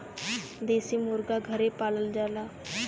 देसी मुरगा घरे पालल जाला